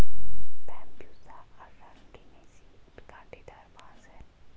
Bambusa अरंडिनेसी काँटेदार बाँस है